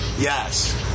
Yes